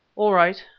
all right,